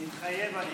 מתחייב אני